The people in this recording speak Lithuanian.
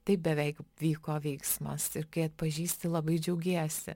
taip beveik vyko veiksmas ir kai atpažįsti labai džiaugiesi